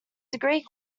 degree